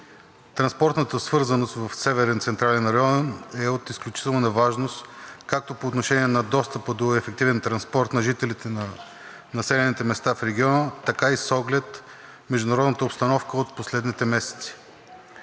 Транспортната свързаност в Северен централен район е от изключителна важност както по отношение на достъпа до ефективен транспорт на жителите на населените места в региона, така и с оглед международната обстановка от последните месеци.